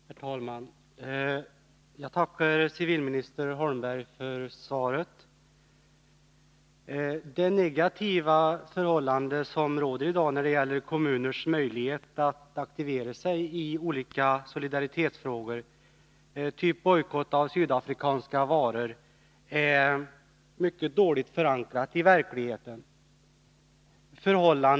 Herr talman! Jag tackar civilminister Bo Holmberg för svaret. Det negativa förhållande som råder när det gäller kommuners möjlighet att aktivera sig i olika solidaritetsfrågor, typ bojkott av sydafrikanska varor, är mycket dåligt förankrat i verkligheten.